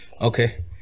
okay